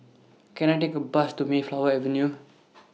Can I Take A Bus to Mayflower Avenue